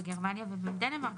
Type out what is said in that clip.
בגרמניה ובדנמרק,